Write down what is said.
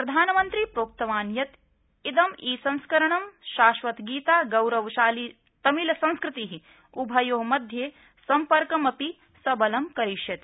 प्रधानमन्त्री प्रोक्तवान् यत् इदं ई संस्करणम् शाश्वत गीता गौरवशाली तमिल संस्कृति उभयो मध्ये सम्पर्कमपि सबलं करिष्यति